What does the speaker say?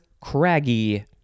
craggy